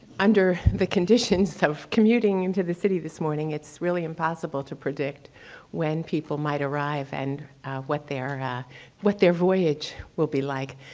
under the conditions of commuting into this city this morning, it's really impossible to predict when people might arrive and what their what their voyage will be like.